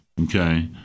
okay